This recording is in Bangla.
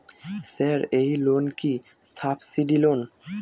স্যার এই লোন কি সাবসিডি লোন?